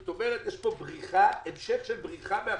זאת אומרת יש פה המשך של בריחה מאחריות.